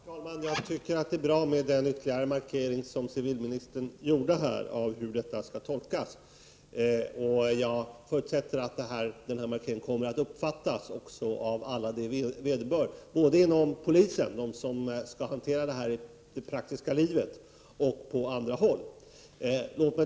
Herr talman! Jag tycker att det är bra med den ytterligare markering som civilministern har gjort här av hur detta skall tolkas. Jag förutsätter att detta kommer att uppfattas också av alla dem som det vederbör, dvs. både inom polisen — av dem som skall hantera denna situation i praktiska livet — och på andra håll.